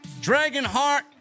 Dragonheart